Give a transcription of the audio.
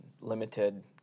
limited